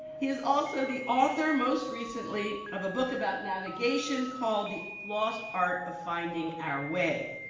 he is also the author, most recently, of a book about navigation called the lost art of finding our way.